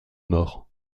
mort